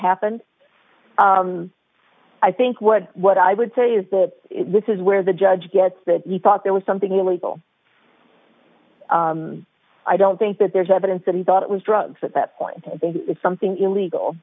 happened i think what what i would say is that this is where the judge gets that he thought there was something illegal i don't think that there's evidence that he thought it was drugs at that point something illegal